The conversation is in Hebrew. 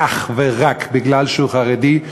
ואך ורק כי הוא חרדי,